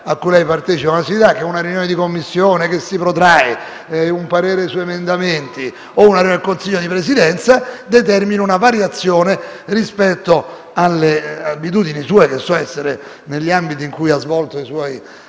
cui lei partecipa, che una seduta di Commissione che si protrae, un parere su emendamenti o una riunione del Consiglio di Presidenza determinino una variazione rispetto alle abitudini sue che so essere, negli ambiti in cui ha svolto i suoi